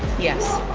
yes,